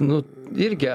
nu irgi